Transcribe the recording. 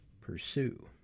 pursue